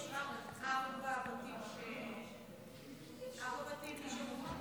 זה נכון שרק ארבעה בתים נשארו בקיבוץ